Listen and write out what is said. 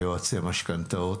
יועצי המשכנתאות.